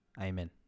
Amen